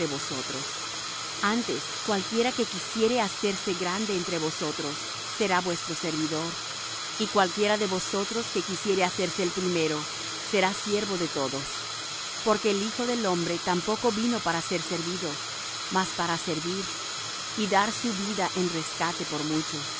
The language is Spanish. vosotros antes cualquiera que quisiere hacerse grande entre vosotros será vuestro servidor y cualquiera de vosotros que quisiere hacerse el primero será siervo de todos porque el hijo del hombre tampoco vino para ser servido mas para servir y dar su vida en rescate por muchos